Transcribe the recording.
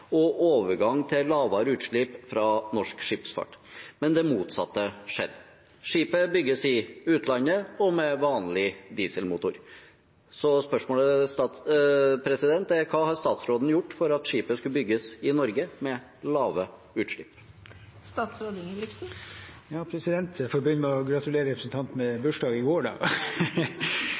og overgang til lavere utslipp fra norsk skipsfart, men det motsatte skjedde. Skipet bygges i utlandet og med vanlig dieselmotor. Hva har statsråden gjort for at skipet skulle bygges i Norge med lave utslipp?» Jeg får begynne med å gratulere representanten med bursdagen i går!